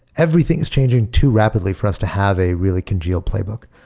everything is changing too rapidly for us to have a really congeal playbook.